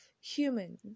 human